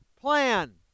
plan